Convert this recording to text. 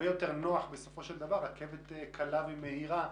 נוח בסופו של דבר רכבת קלה ומהירה,